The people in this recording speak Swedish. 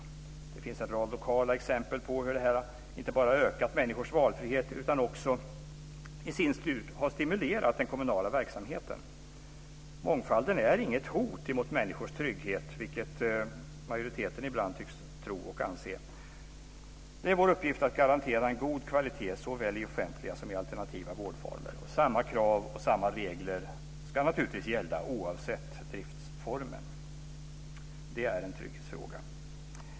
Det finns en rad lokala exempel på hur det här inte bara har ökat människors valfrihet utan också i sin tur har stimulerat den kommunala verksamheten. Mångfalden är inget hot mot människors trygghet, vilket majoriteten ibland tycks tro och anse. Det är vår uppgift att garantera en god kvalitet, såväl i offentliga som i alternativa vårdformer. Samma krav och samma regler ska naturligtvis gälla oavsett driftsform. Det är en trygghetsfråga.